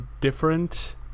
different